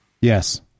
Yes